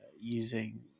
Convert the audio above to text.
using